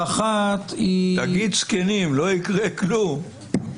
האחת, היא -- תגיד זקנים, לא יקרה כלום.